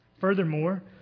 Furthermore